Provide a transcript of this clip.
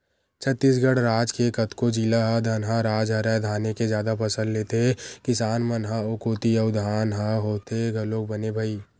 छत्तीसगढ़ राज के कतको जिला ह धनहा राज हरय धाने के जादा फसल लेथे किसान मन ह ओ कोती अउ धान ह होथे घलोक बने भई